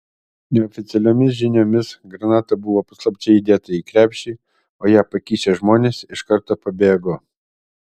neoficialiomis žiniomis granata buvo paslapčia įdėta į krepšį o ją pakišę žmonės iš karto pabėgo